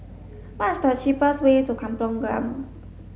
what is the cheapest way to Kampong Glam